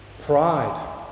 pride